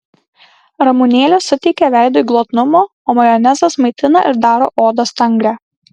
ramunėlės suteikia veidui glotnumo o majonezas maitina ir daro odą stangrią